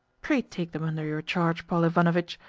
pray take them under your charge, paul ivanovitch,